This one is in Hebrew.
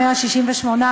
או 168,